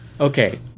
Okay